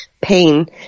pain